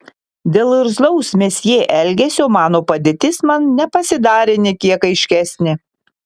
dėl irzlaus mesjė elgesio mano padėtis man nepasidarė nė kiek aiškesnė